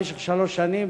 במשך שלוש שנים,